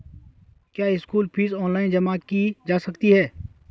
क्या school fees online जमा की जा सकती है?